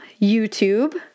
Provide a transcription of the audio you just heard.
youtube